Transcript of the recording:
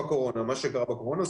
מה שקרה בקורונה,